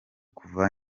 kuva